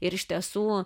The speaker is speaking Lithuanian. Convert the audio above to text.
ir iš tiesų